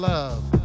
love